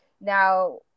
now